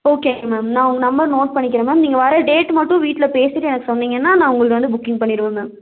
okay ma'am நான் உங்கள் number note பண்ணிக்கிறேன் மேம் நீங்கள் வர டேட் மட்டும் வீட்டில் பேசிவிட்டு எனக்கு சொன்னிங்கன்னால் நான் உங்களது வந்து புக்கிங் பண்ணிடுவேன் மேம்